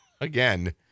again